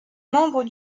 membre